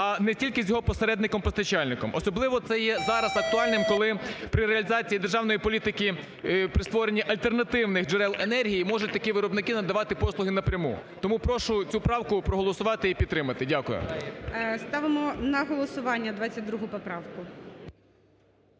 а не тільки з його посередником-постачальником. Особливо це є зараз актуальним, коли при реалізації державної політики при створенні альтернативних джерел енергії можуть такі виробники надавати послуги напряму. Тому прошу цю правку проголосувати і підтримати. Дякую. ГОЛОВУЮЧИЙ. Ставимо на голосування 22 поправку.